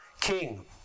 king